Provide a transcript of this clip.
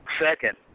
Second